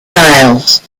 tiles